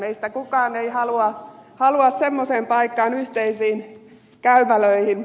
meistä kukaan ei halua semmoiseen paikkaan yhteisiin käymälöihin